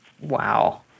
Wow